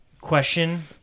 question